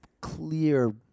clear